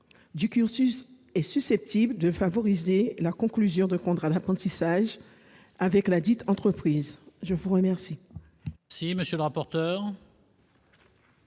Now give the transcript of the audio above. du cursus est susceptible de favoriser la conclusion d'un contrat d'apprentissage avec ladite entreprise. Quel